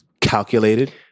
calculated